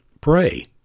Pray